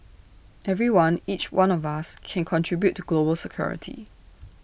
everyone each one of us can contribute to global security